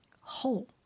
whole